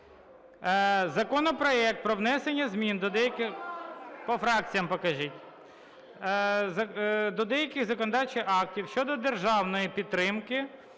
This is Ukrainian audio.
Закону про внесення змін до деяких законодавчих актів щодо державної підтримки